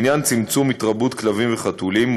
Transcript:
בעניין צמצום התרבות כלבים וחתולים,